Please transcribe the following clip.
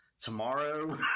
tomorrow